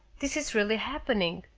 this is really happening.